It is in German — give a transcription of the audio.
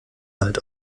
alt